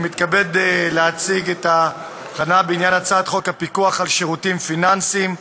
אני מתכבד להציג את הצעת חוק הפיקוח על שירותים פיננסיים,